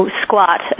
squat